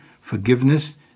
forgiveness